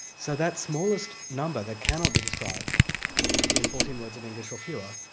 so that smallest number that cannot be described in fourteen words of english or fewer,